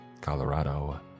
Colorado